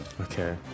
Okay